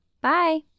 Bye